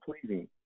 pleasing